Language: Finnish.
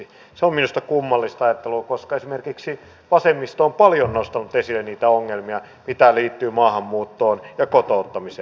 se on minusta kummallista ajattelua koska esimerkiksi vasemmisto on paljon nostanut esille niitä ongelmia mitä liittyy maahanmuuttoon ja kotouttamiseen